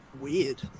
weird